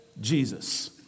Jesus